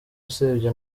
usibye